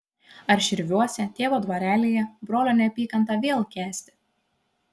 ar širviuose tėvo dvarelyje brolio neapykantą vėl kęsti